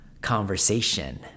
conversation